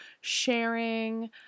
sharing